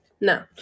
No